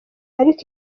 ariko